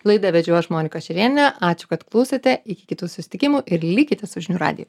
laidą vedžiau aš monika šerienė ačiū kad klauėte iki kitų susitikimų ir likite su žinių radiju